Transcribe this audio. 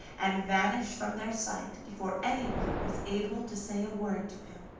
and vanished from their sight before anyone was able to say a word to him.